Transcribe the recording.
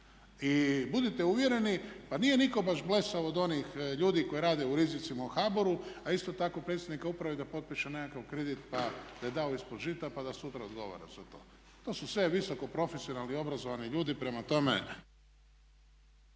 I budite uvjereni, pa nije nitko baš blesav od onih ljudi koji rade u rizicima u HBOR-u a isto tako predsjednika uprave da potpiše nekakav kredit pa da da ovaj ispod žita, pa da sutra odgovara za to. To su sve visoko profesionalni, obrazovani ljudi. Prema tome